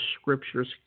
scriptures